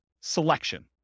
selection